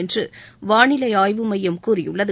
என்று வானிலை ஆய்வு மையம் கூறியுள்ளது